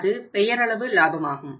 அது பெயரளவு லாபமாகும்